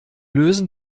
lösen